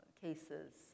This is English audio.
cases